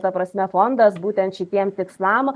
ta prasme fondas būtent šitiem tikslam